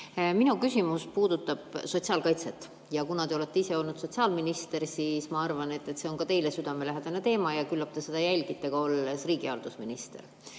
Minu küsimus puudutab sotsiaalkaitset. Kuna te olete ise olnud sotsiaalminister, siis ma arvan, et see on ka teile südamelähedane teema ja küllap te seda jälgite ka olles riigihalduse minister.